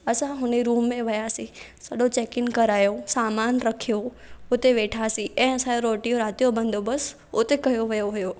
असां हुन रूम में वियासीं सॼो चेकिंग करायो सामान रखियो उते वेठासीं ऐं असां जो रोटीअ जो राति जो बंदोबस्तु उते कयो वियो हुयो